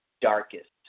darkest